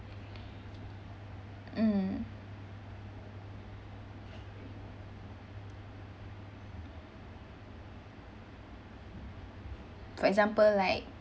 mm for example like